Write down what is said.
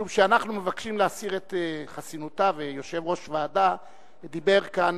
משום שאנחנו מבקשים להסיר את חסינותה ויושב-ראש ועדה דיבר כאן,